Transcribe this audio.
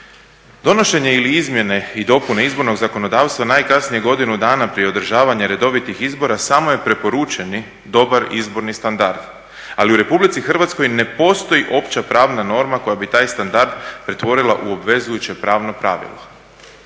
Donošenje ili izmjene i dopune izbornog zakonodavstva najkasnije godinu dana prije održavanja redovitih izbora samo je preporučeni dobar izborni standard. Ali u Republici Hrvatskoj ne postoji opća pravna norma koja bi taj standard pretvorila u obvezujuće pravno pravilo.